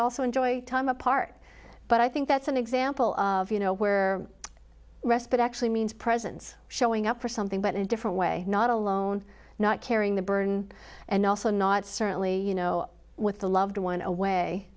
also enjoy time apart but i think that's an example of you know where respite actually means presence showing up for something but in a different way not alone not carrying the burden and also not certainly you know with the loved one away